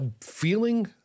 feeling